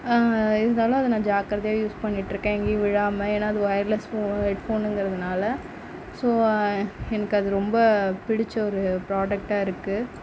இருந்தாலும் அதை நான் ஜாக்கரதையாக யூஸ் பண்ணிட்டிருக்கேன் எங்கேயும் விழாமல் ஏன்னா ஒயர்லெஸ் ஃபோன் ஹெட் ஃபோனுங்கிறதுனால ஸோ எனக்கு அது ரொம்ப பிடித்த ஒரு ப்ராடக்ட்டாக இருக்குது